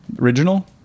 original